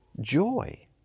joy